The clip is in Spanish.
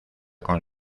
con